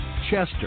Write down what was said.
Chester